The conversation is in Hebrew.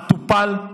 מה טופל,